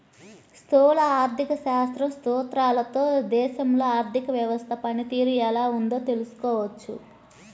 స్థూల ఆర్థిక శాస్త్రం సూత్రాలతో దేశంలో ఆర్థిక వ్యవస్థ పనితీరు ఎలా ఉందో తెలుసుకోవచ్చు